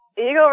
Eagle